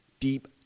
deep